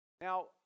Now